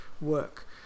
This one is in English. Work